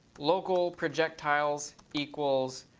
local projectiles equals